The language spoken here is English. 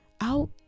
out